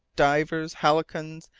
divers, halcyons,